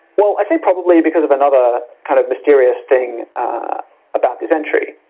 well i say probably because of another kind of mysterious thing about this entry.